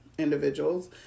individuals